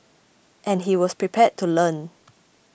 and he was prepared to learn